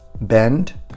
bend